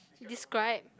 describe